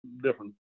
different